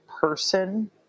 person